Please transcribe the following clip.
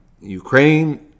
Ukraine